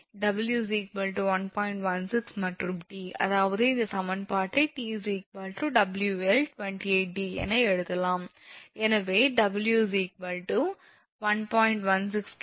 16 மற்றும் T அதாவது இந்த சமன்பாட்டை 𝑇 𝑊𝐿28𝑑 என எழுதலாம் எனவே W 1